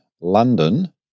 London